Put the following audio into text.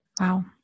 Wow